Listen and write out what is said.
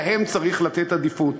להם צריך לתת עדיפות,